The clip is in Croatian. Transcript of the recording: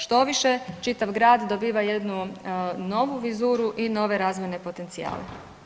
Štoviše čitav grad dobiva jednu novu vizuru i nove razvojne potencijale.